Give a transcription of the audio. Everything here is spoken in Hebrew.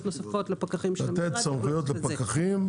נוספות לפקחים- -- לתת סמכויות לפקחים,